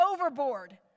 overboard